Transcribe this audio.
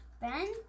Ben